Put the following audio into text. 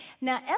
Now